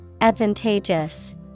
Advantageous